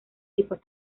tipos